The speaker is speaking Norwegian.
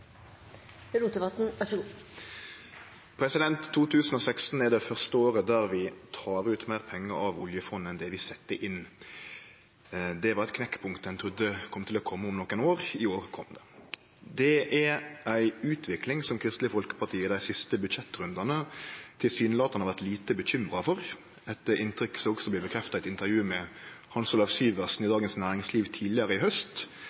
det første året der vi tek ut meir pengar av oljefondet enn det vi set inn. Det var eit knekkpunkt ein trudde kom til å kome om nokre år, i år kom det. Det er ei utvikling som Kristeleg Folkeparti i dei siste budsjettrundane tilsynelatande har vore lite uroa for, eit inntrykk som også blir bekrefta i eit intervju med Hans Olav Syversen i Dagens Næringsliv tidlegare i haust,